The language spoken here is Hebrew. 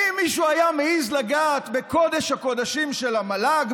האם מישהו היה מעז לגעת בקודש הקודשים של המל"ג,